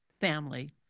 family